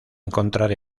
encontrar